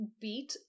beat